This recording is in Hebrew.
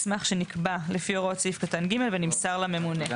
מסמך שנקבע לפי הוראות סעיף קטן (ג) ונמסר לממונה.